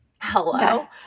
Hello